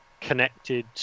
connected